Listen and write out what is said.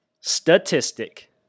statistic